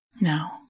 Now